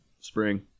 spring